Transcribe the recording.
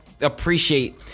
appreciate